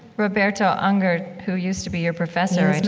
roberto unger, who used to be your professor,